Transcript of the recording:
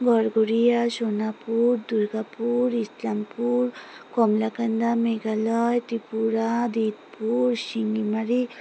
ঘরঘরিয়া Sonapur Durgapur Islampur Kamalakanda Meghalaya Tripura Ditpur Singimari